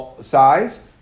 size